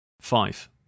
Five